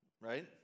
Right